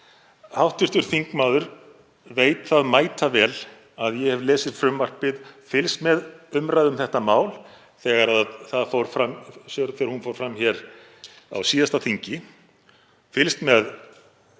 Hv. þingmaður veit það mætavel að ég hef lesið frumvarpið, fylgst með umræðu um þetta mál þegar hún fór fram á síðasta þingi og fylgst með